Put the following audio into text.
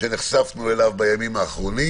שנחשפנו אליו בימים האחרונים